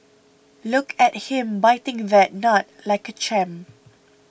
look at him biting that nut like a champ